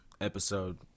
episode